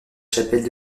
chapelles